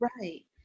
Right